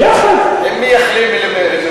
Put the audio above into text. מי יחליט, ?